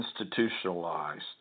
institutionalized